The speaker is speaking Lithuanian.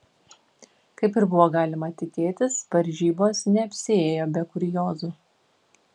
kaip ir buvo galima tikėtis varžybos neapsiėjo be kuriozų